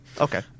Okay